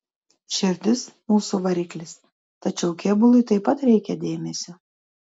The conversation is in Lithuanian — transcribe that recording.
širdis mūsų variklis tačiau kėbului taip pat reikia dėmesio